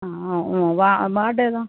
ആ ആ ആ വാ വാർഡേതാണ്